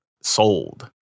sold